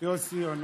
אדוני היושב-ראש,